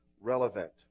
relevant